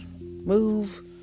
move